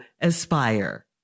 Aspire